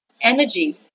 energy